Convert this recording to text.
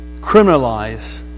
criminalize